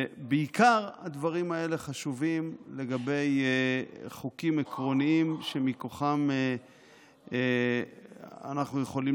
הדברים האלה חשובים בעיקר לגבי חוקים עקרוניים שמכוחם אנחנו יכולים